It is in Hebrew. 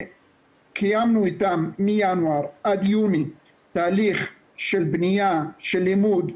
קיימנו איתם מינואר עד יוני תהליך של בנייה של לימוד,